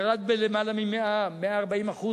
ירד בלמעלה מ-100%, 140%,